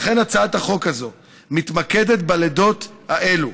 לכן הצעת החוק הזאת מתמקדת בלידות האלה,